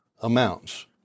amounts